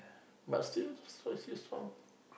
but still still strong